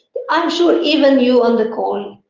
i'm sure even you on the call,